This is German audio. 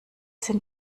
sind